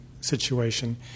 situation